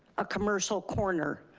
a commercial corner.